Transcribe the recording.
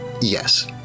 Yes